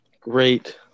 Great